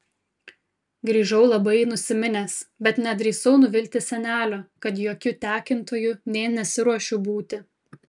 grįžau labai nusiminęs bet nedrįsau nuvilti senelio kad jokiu tekintoju nė nesiruošiu būti